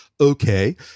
Okay